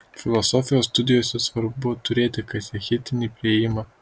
filosofijos studijose svarbu turėti katechetinį priėjimą